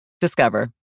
Discover